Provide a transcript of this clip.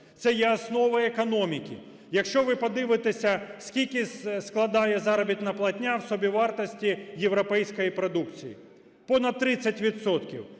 Це є основою економіки. Якщо ви подивитеся, скільки складає заробітна платня в собівартості європейської продукції – понад 30